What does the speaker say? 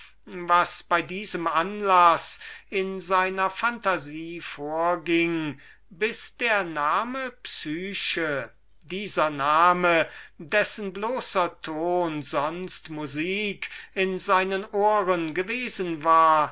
was bei diesem anlaß in seiner phantasie vorging bis der name psyche dieser name dessen bloßer ton sonst musik in seinen ohren gewesen war